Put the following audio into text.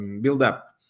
buildup